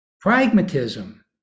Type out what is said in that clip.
Pragmatism